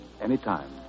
anytime